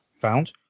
found